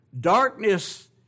darkness